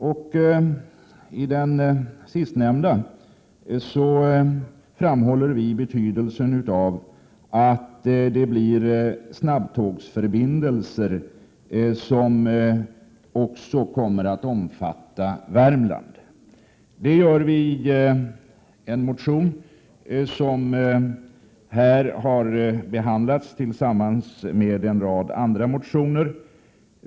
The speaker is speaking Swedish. I en av de motionerna framhåller vi betydelsen av att snabbtågsförbindelser kommer att omfatta också Värmland. Motionen i fråga har behandlats tillsammans med en rad andra motioner.